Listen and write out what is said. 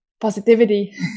Positivity